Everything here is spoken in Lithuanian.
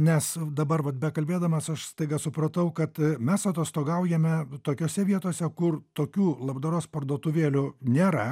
nes dabar vat bekalbėdamas aš staiga supratau kad mes atostogaujame tokiose vietose kur tokių labdaros parduotuvėlių nėra